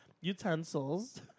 utensils